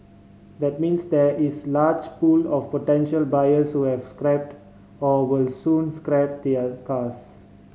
that means there is large pool of potential buyers who have scrapped or will soon scrap their cars